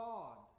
God